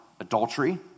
Adultery